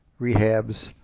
rehabs